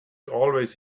always